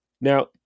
Now